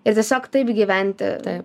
ir tiesiog taip gyventi